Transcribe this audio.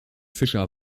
fischer